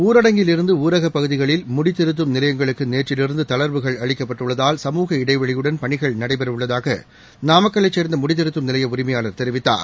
ஊரடங்கில் இருந்து ஊரகப் பகுதிகளில் முடித்திருத்தும் நிலையங்களுக்கு நேற்றிலிருந்து தளா்வுகள் அளிக்கப்பட்டுள்ளதால் சமூக இடைவெளியுடன் பணிகள் நடைபெற உள்ளதாக நாமக்கல்லை சேர்ந்த முடித்திருத்தும் நிலைய உரிமையாளர் தெரிவித்தார்